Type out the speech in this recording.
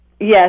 Yes